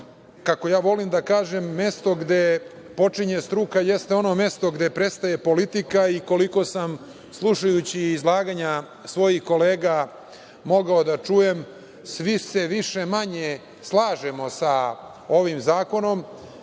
kako volim da kažem, mesto gde počinje struka jeste ono mesto gde prestaje politika i koliko sam, slušajući izlaganja svojih kolega mogao da čujem svi se više manje slažemo sa ovim zakonom